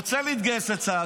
להתגייס לצה"ל,